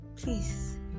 Please